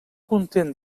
content